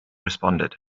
responded